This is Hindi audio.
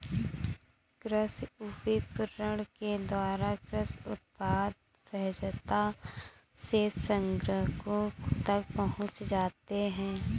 कृषि विपणन के द्वारा कृषि उत्पाद सहजता से ग्राहकों तक पहुंच जाते हैं